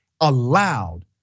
allowed